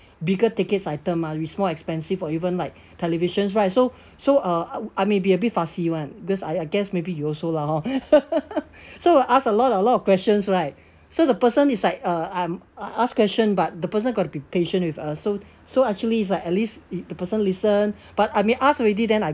bigger tickets item ah which's more expensive or even like televisions right so so uh I may be a bit fussy [one] because I I guess maybe you're also lah hor so I'll ask a lot lot of questions right so the person is like uh I'm ask question but the person got to be patient with us so so actually it's like at least the person listen but I may ask already then I